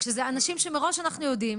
כשזה אנשים שמראש אנחנו יודעים